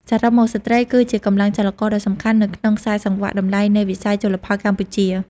សរុបមក ស្ត្រីគឺជាកម្លាំងចលករដ៏សំខាន់នៅក្នុងខ្សែសង្វាក់តម្លៃនៃវិស័យជលផលកម្ពុជា។